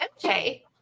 MJ